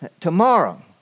tomorrow